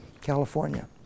California